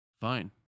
Fine